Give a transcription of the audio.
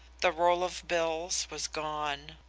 the roll of bills was gone.